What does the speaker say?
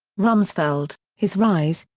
rumsfeld his rise,